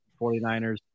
49ers